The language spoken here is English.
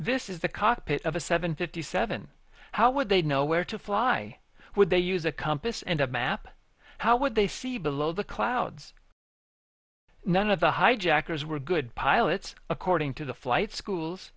this is the cockpit of a seven fifty seven how would they know where to fly would they use a compass and a map how would they see below the clouds none of the hijackers were good pilots according to the flight schools